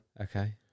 Okay